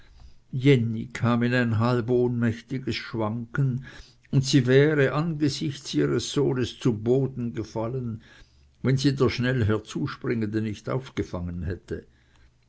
in ein halb ohnmächtiges schwanken und sie wäre angesichts ihres sohnes zu boden gefallen wenn sie der schnell herzuspringende nicht aufgefangen hätte